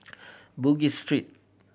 Bugis Street